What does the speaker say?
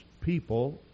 people